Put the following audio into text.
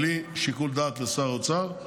בלי שיקול דעת לשר האוצר.